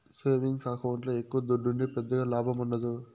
savings ఎకౌంట్ల ఎక్కవ దుడ్డుంటే పెద్దగా లాభముండదు